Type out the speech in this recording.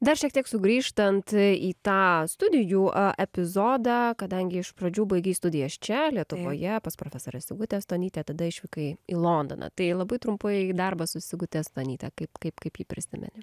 dar šiek tiek sugrįžtant į tą studijų a epizodą kadangi iš pradžių baigei studijas čia lietuvoje pas profesorę sigutę stonytę tada išvykai į londoną tai labai trumpai į darbą su sigute stonyte kaip kaip kaip jį prisimeni